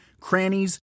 crannies